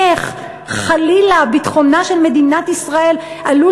איך חלילה ביטחונה של מדינת ישראל עלול